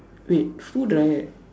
wait food right